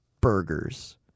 Burgers